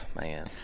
man